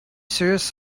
serious